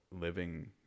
living